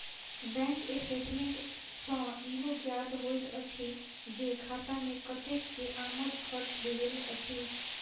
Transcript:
bank statement सॅ ईहो ज्ञात होइत अछि जे खाता मे कतेक के आमद खर्च भेल अछि